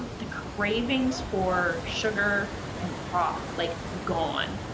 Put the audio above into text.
the cravings for sugar and pop. like gone.